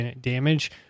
damage